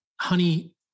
honey